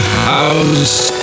house